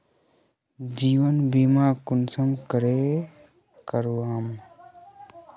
जीवन बीमा कुंसम करे करवाम?